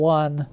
one